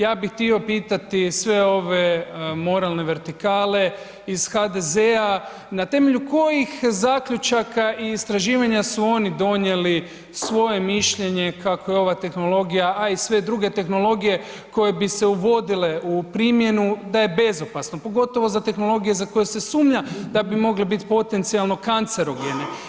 Ja bih htio pitati sve ove moralne vertikale iz HDZ-a na temelju kojih zaključaka i istraživanja su oni donijeli svoje mišljenje kako je ova tehnologija, a i sve druge tehnologije koje bi se uvodile u primjenu da je bezopasno, pogotovo za tehnologije za koje se sumnja da bi mole biti potencijalno kancerogene?